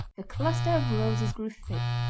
the cluster of roses grew thick,